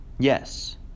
Yes